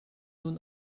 nun